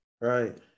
right